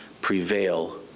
prevail